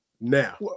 now